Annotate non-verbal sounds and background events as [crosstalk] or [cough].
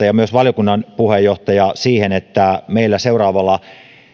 [unintelligible] ja myös valiokunnan puheenjohtaja kiinnittivät huomiota siihen että meillä seuraavalla